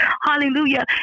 Hallelujah